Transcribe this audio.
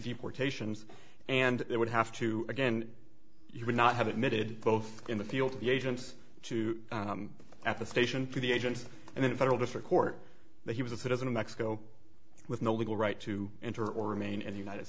deportations and it would have to again you would not have admitted both in the field to the agents to at the station to the agency and then a federal district court that he was a citizen of mexico with no legal right to enter or remain in the united